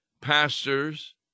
Pastors